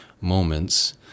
Moments